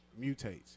mutates